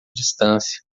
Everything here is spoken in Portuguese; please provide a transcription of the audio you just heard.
distância